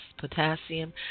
potassium